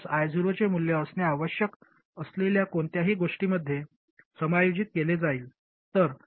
आणि हे VGS I0 चे मूल्य असणे आवश्यक असलेल्या कोणत्याही गोष्टीमध्ये समायोजित केले जाईल